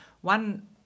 one